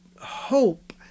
hope